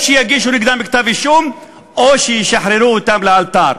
או שיגישו נגדם כתב-אישום או שישחררו אותם לאלתר.